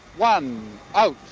one of